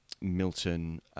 Milton